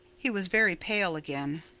he was very pale again.